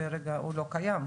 שכרגע הוא לא קיים,